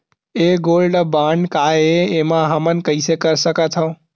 ये gold bond काय ए एमा हमन कइसे कर सकत हव?